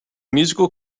musical